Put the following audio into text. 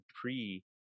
pre